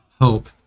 hope